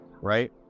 right